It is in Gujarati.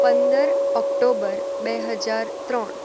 પંદર ઓક્ટોમ્બર બે હજાર ત્રણ